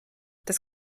das